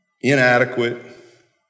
inadequate